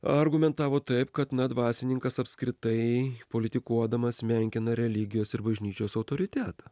argumentavo taip kad na dvasininkas apskritai politikuodamas menkina religijos ir bažnyčios autoritetą